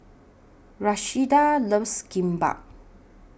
Rashida loves Kimbap